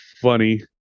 funny